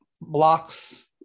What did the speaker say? blocks